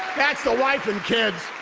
that's the wife and kids.